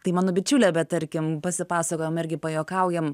tai mano bičiulė bet tarkim pasipasakojam irgi pajuokaujam